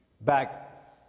Back